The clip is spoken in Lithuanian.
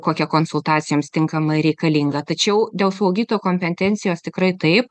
kokia konsultacijoms tinkamai reikalinga tačiau dėl slaugytojų kompetencijos tikrai taip